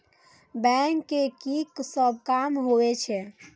Bank के की सब काम होवे छे?